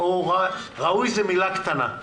ראוי זו מילה קטנה,